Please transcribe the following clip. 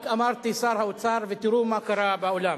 רק אמרתי "שר האוצר" ותראו מה קרה באולם.